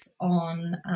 on